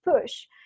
push